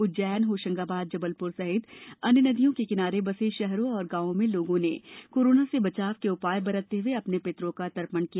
उज्जैन होशंगाबाद जबलपुर सहित अन्य नदियों के किनारे बसे शहरों और गांवों में लोगों ने कोरोना से बचाव के उपाय बरतते हुए अपने पितरों का तर्पण किया